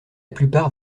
plupart